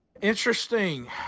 Interesting